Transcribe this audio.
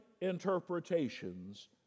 interpretations